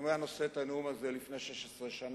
כי אם הוא היה נושא את הנאום הזה לפני 16 שנה,